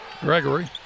Gregory